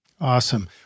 Awesome